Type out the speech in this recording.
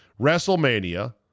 WrestleMania